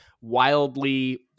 wildly